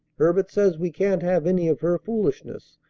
herbert says we can't have any of her foolishness.